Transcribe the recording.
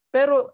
Pero